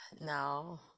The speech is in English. no